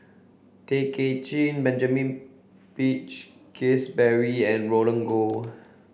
Tay Kay Chin Benjamin Peach Keasberry and Roland Goh